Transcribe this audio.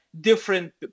different